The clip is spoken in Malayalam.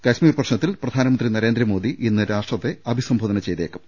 കശ്മീർ പ്രശ്നത്തിൽ പ്രധാനമന്ത്രി നരേന്ദ്രമോദി ഇന്ന് രാഷ്ട്രത്തെ അഭിസംബോധന ചെയ്തേക്കും